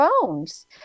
phones